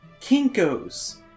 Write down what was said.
Kinkos